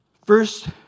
First